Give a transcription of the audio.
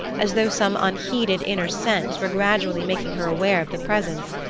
as though some unheeded inner sense were gradually making her aware of the presence,